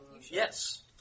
Yes